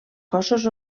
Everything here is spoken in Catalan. cossos